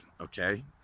Okay